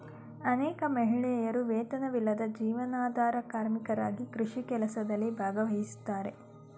ಅನೇಕ ಮಹಿಳೆಯರು ವೇತನವಿಲ್ಲದ ಜೀವನಾಧಾರ ಕಾರ್ಮಿಕರಾಗಿ ಕೃಷಿ ಕೆಲಸದಲ್ಲಿ ಭಾಗವಹಿಸ್ತಾರೆ